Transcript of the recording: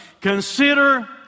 consider